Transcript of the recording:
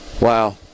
Wow